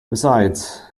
besides